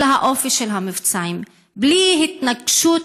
אלא האופי של המבצעים: בלי התנגשות,